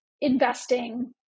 investing